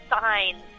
signs